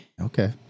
Okay